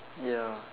ya